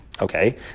Okay